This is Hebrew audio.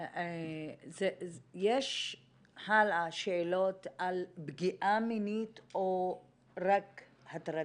יש הלאה שאלות על פגיעה מינית או רק הטרדה?